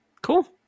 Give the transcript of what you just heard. cool